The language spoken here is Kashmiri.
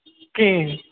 کِہیٖنٛۍ